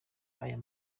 aya